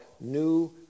new